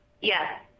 Yes